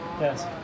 Yes